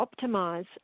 optimize